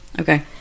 okay